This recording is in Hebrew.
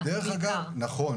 בקורונה,